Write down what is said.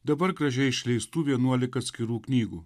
dabar gražiai išleistų vienuolika atskirų knygų